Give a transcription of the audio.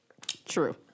True